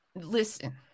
Listen